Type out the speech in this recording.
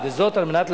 ריבית,